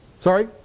Sorry